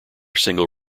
single